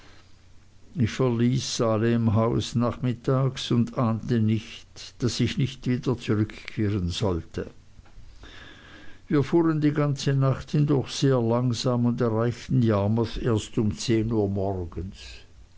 ich verließ salemhaus nachmittags und ahnte nicht daß ich nicht wieder zurückkehren sollte wir fuhren die ganze nacht hindurch sehr langsam und erreichten yarmouth erst um zehn uhr morgens